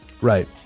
Right